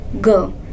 go